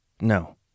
No